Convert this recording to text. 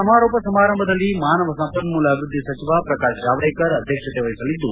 ಸಮಾರೋಪ ಸಮಾರಂಭದಲ್ಲಿ ಮಾನವ ಸಂಪನ್ನೂಲ ಅಭಿವೃದ್ದಿ ಸಚಿವ ಪ್ರಕಾಶ್ ಜಾವಡೇಕರ್ ಅಧ್ಯಕ್ಷತೆ ವಹಿಸಲಿದ್ದು